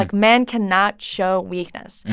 like men cannot show weakness.